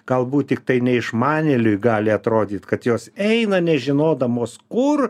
galbūt tiktai neišmanėliui gali atrodyt kad jos eina nežinodamos kur